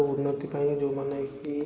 ଉନ୍ନତି ପାଇଁ ଯେଉଁମାନେ କି